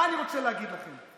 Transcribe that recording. מה אני רוצה להגיד לכם?